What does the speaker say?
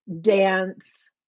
dance